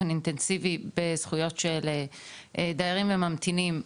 באופן אינטנסיבי בזכויות של דיירים לממתינים,